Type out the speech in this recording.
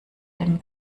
dem